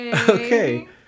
Okay